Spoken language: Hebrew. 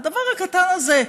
הדבר הקטן הזה,